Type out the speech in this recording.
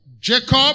Jacob